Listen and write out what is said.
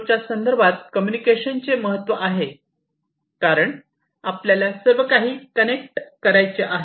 च्या संदर्भात कम्युनिकेशनचे महत्व आहे कारण आपल्याला सर्व काही कनेक्ट करायचे आहे